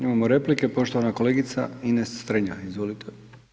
Imamo replike, poštovana kolegica Ines Strenja, izvolite.